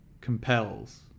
compels